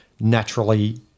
naturally